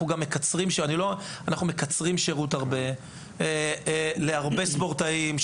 אנחנו מקצרים שירות להרבה ספורטאים,